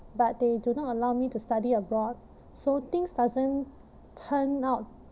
but they do not allow me to study abroad so things doesn't turn out